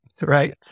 right